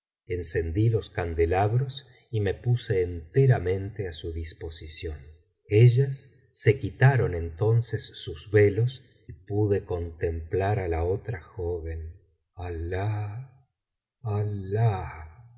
los candelabros y me puse enteramente á su disposición ellas se quitaron entonces sus velos y pude contemplar a la otra joven alah